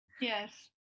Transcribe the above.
Yes